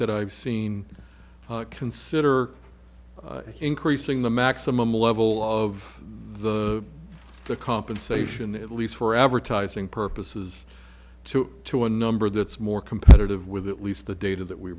that i've seen consider increasing the maximum level of the the compensation at least for advertising purposes to to a number that's more competitive with at least the data that we